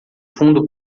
fundo